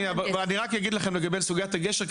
אני רק אגיד לכם לגבי סוגיית הגשר,